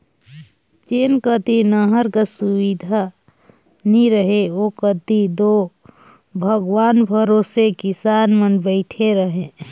जेन कती नहर कर सुबिधा नी रहें ओ कती दो भगवान भरोसे किसान मन बइठे रहे